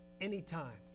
anytime